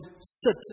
sit